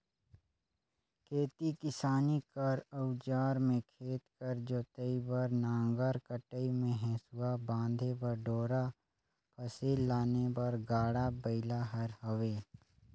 खेती किसानी कर अउजार मे खेत कर जोतई बर नांगर, कटई मे हेसुवा, बांधे बर डोरा, फसिल लाने बर गाड़ा बइला हर हवे